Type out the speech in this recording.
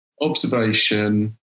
observation